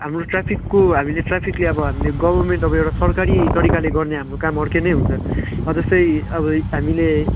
हाम्रो ट्राफिकको हामीले ट्राफिकले अब हामीले गभर्मेन्ट अब एउटा सरकारी तरिकाले गर्ने हाम्रो काम अर्कै नै हुन्छ अब जस्तै अब हामीले